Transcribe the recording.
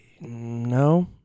No